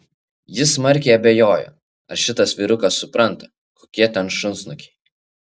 jis smarkiai abejojo ar šitas vyrukas supranta kokie ten šunsnukiai